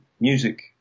music